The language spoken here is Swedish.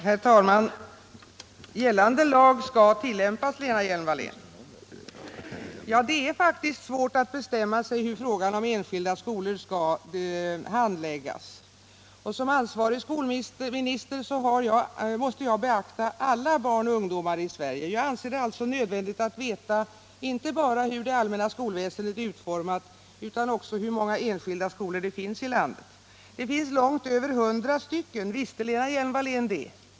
Herr talman! Gällande lag skall tillämpas, menar Lena Hjelm-Wallén. Ja, det är faktiskt svårt att bestämma sig för hur frågan om enskilda skolor skall handläggas. Såsom ansvarig skolminister måste jag ta hänsyn till alla barn och ungdomar i Sverige. Jag anser det alltså nödvändigt att veta inte bara hur det allmänna skolväsendet är utformat utan också hur många enskilda skolor som finns i landei. Det finns långt över 100 stycken. Visste Lena Hjelm-Wallén det?